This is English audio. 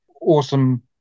awesome